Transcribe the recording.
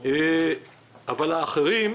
אבל האחרים,